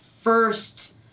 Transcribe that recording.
first